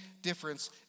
difference